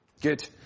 Good